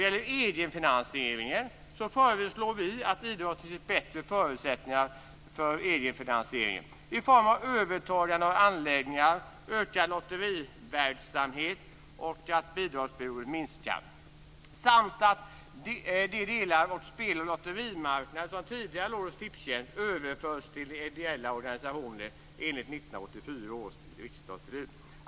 Vi föreslår att idrotten ska ges bättre förutsättningar för egenfinansiering genom övertagande av anläggningar, ökad lotteriverksamhet, minskat bidragsberoende och att de delar av spel och lotterimarknaden som tidigare låg hos Tipstjänst överförs till ideella organisationer enligt 1994 års riksdagsbeslut.